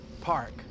park